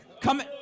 Come